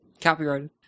Copyrighted